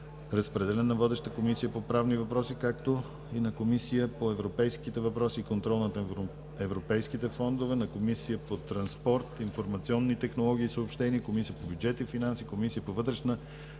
разпределен е на водещата комисия по правни въпроси, както и Комисията по европейските въпроси и контрол на европейските фондове, на Комисията по транспорт, информационни технологии и съобщения, Комисията по бюджет и финанси, Комисията по вътрешна